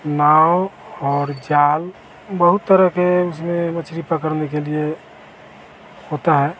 नाव और जाल बहुत तरह के उसमें मछली पकड़ने के लिए होते हैं